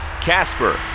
Casper